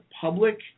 public